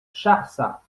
charsat